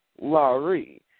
Laurie